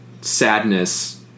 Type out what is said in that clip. Sadness